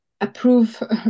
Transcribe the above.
approve